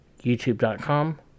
youtube.com